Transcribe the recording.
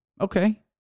Okay